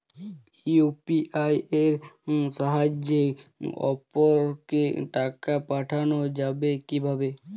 UPI এর সাহায্যে অপরকে টাকা পাঠানো যাবে কিভাবে?